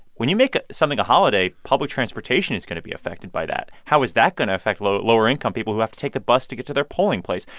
when you make something a holiday, public transportation is going to be affected by that. how is that going to affect lower-income people who have to take the bus to get to their polling place?